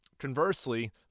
Conversely